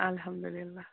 اَلحَمدللہ